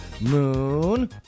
moon